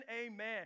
amen